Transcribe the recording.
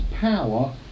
power